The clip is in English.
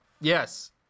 Yes